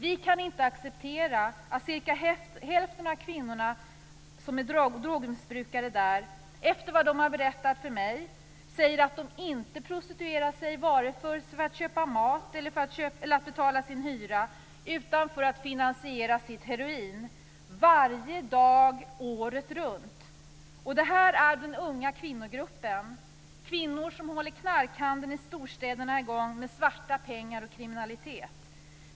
Vi kan inte acceptera att cirka hälften av dessa kvinnor är drogmissbrukare. Efter vad de har berättat för mig prostituerar de sig inte för att köpa mat, betala sin hyra eller för att kunna leva lyxliv, utan de gör det för att finansiera sitt heroinmissbruk, varje dag året runt. Och det här handlar om den unga kvinnogruppen, kvinnor som håller knarkhandeln i storstäderna i gång med svarta pengar och kriminalitet.